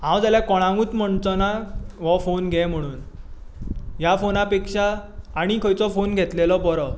हांव जाल्यार कोणाकूच म्हणचोना हो फोन घे म्हणून ह्या फोना पेक्षा आनी खंयचो फोन घेतलेलो बरो